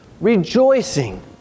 rejoicing